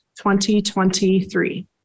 2023